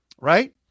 right